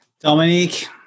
dominique